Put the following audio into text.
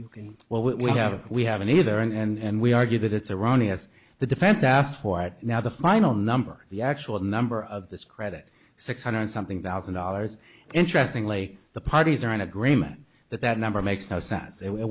you can well we haven't we haven't either and we argue that it's iranian the defense asked for it now the final number the actual number of this credit six hundred something that thousand dollars interestingly the parties are in agreement that that number makes no sense it